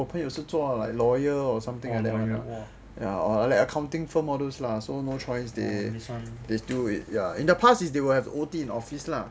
hmm ya 我朋友是做 lawyer or something like that ah or like accounting firm all those so like no choice ah in the past is they will have to O_T in office lah